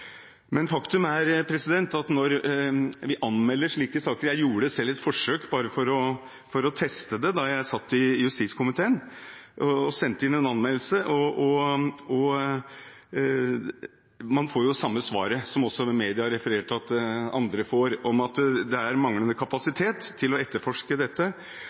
Men faktum er at når vi anmelder slike saker – jeg gjorde selv et forsøk bare for å teste det, da jeg satt i justiskomiteen, og sendte inn en anmeldelse – får man det samme svaret, som også media refererer til at andre får, at det er manglende kapasitet til å etterforske dette,